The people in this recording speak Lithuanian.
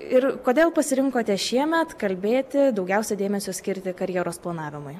ir kodėl pasirinkote šiemet kalbėti daugiausia dėmesio skirti karjeros planavimui